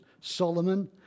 Solomon